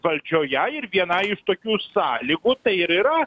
valdžioje ir viena iš tokių sąlygų tai ir yra